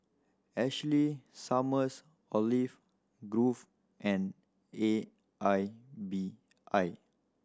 Ashley Summers Olive Grove and A I B I